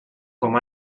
com